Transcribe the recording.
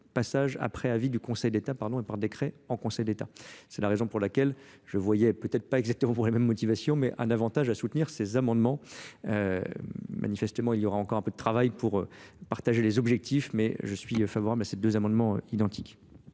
passage après avis du Conseil d'etat, pardon et par décret en Conseil d'état c'est la raison pour laquelle je voyais peut être pas exactement les mêmes motivations, mais un avantage à soutenir ces amendements euh manifestement il y aura encore un peu de travail pour partager les objectifs, un avis favorable du Gouvernement, qui